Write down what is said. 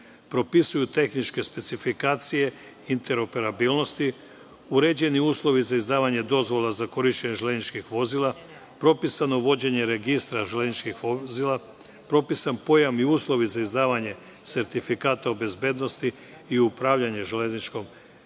propisuje tehničke specifikacije interoperabilnosti, uređuje uslove za izdavanje dozvola za korišćenje železničkih vozila, propisano je vođenje registra železničkih vozila, propisan je pojam i uslovi za izdavanje sertifikata o bezbednosti i upravljanje železničkom